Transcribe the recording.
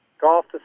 Golf